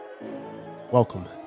Welcome